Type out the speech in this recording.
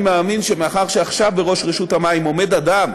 אני מאמין שמאחר שעכשיו בראש רשות המים עומד אדם